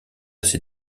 ses